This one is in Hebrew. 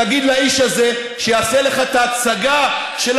תגיד לאיש הזה שיעשה לך את ההצגה של